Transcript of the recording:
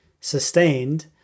sustained